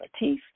Latif